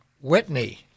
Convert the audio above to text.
Whitney